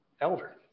Elder